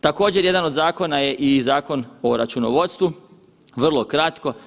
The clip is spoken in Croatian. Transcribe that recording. Također jedan od zakona je i Zakon o računovodstvu, vrlo kratko.